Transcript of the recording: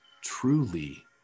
truly